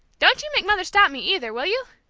don't you make mother stop me, either, will you?